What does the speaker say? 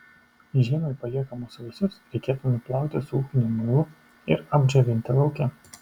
žiemai paliekamus vaisius reikėtų nuplauti su ūkiniu muilu ir apdžiovinti lauke